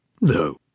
No